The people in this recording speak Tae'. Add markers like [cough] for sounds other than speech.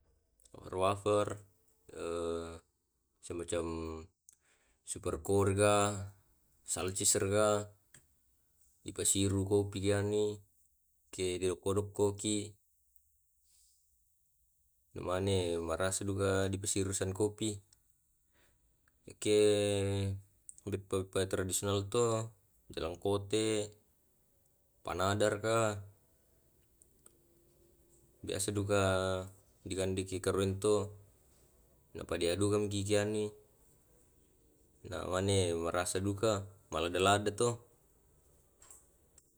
Karena kebiasaanna kandei, karna ku porai. Karna pamula biccu [hesitation] enang yato na pakandei na tomatuang ku. Baru ke rasa na memang sico'cok liu mo kandei enang selera ku liu mo kandei pamula biccu sae lako te enang iya mo ku porainna karna yamo tu ku kande karna naallian na tomatuangku ku kande sae lako kapoang ku makanya ke lama2 mo kandei ya sic'cok mo kandei. [noise]